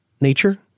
nature